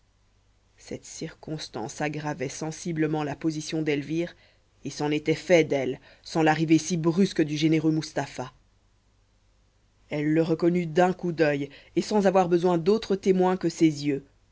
cette circonstance aggravait sensiblement la position d'elvire et c'en était fait d'elle sans l'arrivée si brusque du généreux mustapha elle le reconnut d'un coup d'oeil et sans avoir besoin d'autre témoin que ses yeux